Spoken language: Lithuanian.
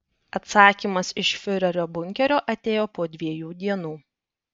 atsakymas iš fiurerio bunkerio atėjo po dviejų dienų